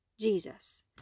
Jesus